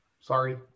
Sorry